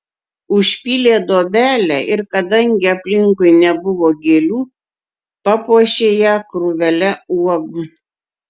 užpylė duobelę ir kadangi aplinkui nebuvo gėlių papuošė ją krūvele uogų